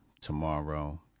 Tomorrow